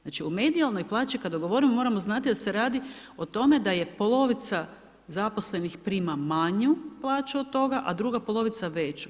Znači o medijalnoj plaći kada govorimo moramo znati da se radi o tome da je polovica zaposlenih prima manju plaću od toga a druga polovica veću.